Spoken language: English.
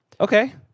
Okay